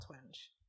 twinge